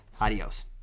Adios